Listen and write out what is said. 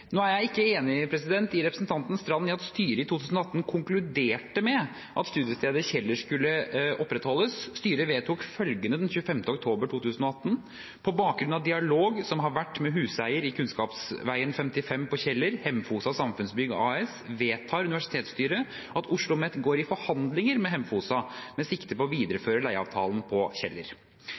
Nå er jeg ikke enig med representanten Knutsdatter Strand i at styret i 2018 konkluderte med at studiestedet Kjeller skulle opprettholdes. Styret vedtok følgende den 25. oktober 2018: «På bakgrunn av dialog som har vært med huseier i Kunnskapsveien 55 på Kjeller, Hemfosa Samfunnsbygg AS, vedtar universitetsstyret at OsloMet går i forhandlinger med Hemfosa med sikte på å videreføre leieavtalen på Kjeller.»